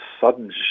sudden